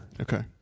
okay